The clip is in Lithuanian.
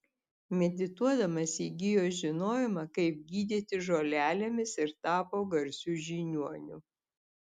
medituodamas įgijo žinojimą kaip gydyti žolelėmis ir tapo garsiu žiniuoniu